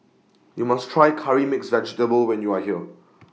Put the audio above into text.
YOU must Try Curry Mixed Vegetable when YOU Are here